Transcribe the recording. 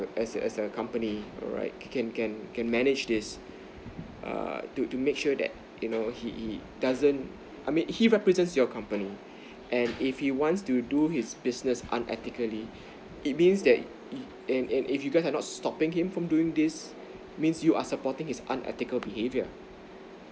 as as a company right can can can manage this err to to make sure that you know he he doesn't I mean he represents your company and if he wants to do his business unethically it means that and and and if you guys are not stopping him from doing this means you are supporting his unethical behavior